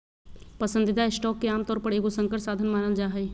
पसंदीदा स्टॉक के आमतौर पर एगो संकर साधन मानल जा हइ